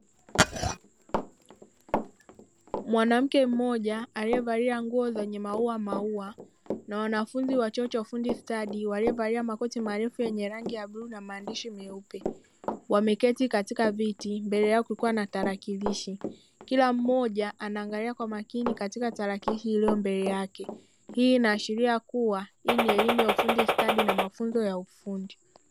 Mwanamke mmoja aliyevalia nguo zenye maua maua na wanafunzi wa chuo cha ufundi stadi, waliovalia makote marefu yenye rangi ya bluu na maandishi meupe wameketi katika viti mbele yao kulikuwa na tarakilishi kila mmoja anaangalia kwa makini katika tarakilishi iliyo mbele yake ,hii inaashiria kuwa hii ni elimu ya ufundi stadi na mafunzo ya ufundi.